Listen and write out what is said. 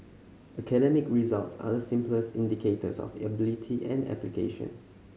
academic results are the simplest indicators of ability and application